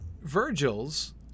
Virgil's